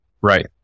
Right